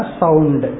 sound